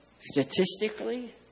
statistically